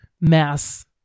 mass